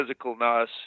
physicalness